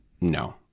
no